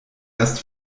erst